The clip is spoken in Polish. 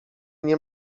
nie